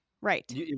Right